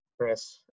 Chris